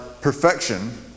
perfection